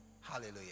Hallelujah